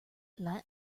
let